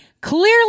clearly